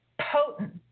potent